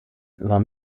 war